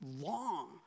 long